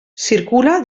circula